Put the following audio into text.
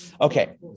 Okay